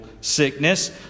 sickness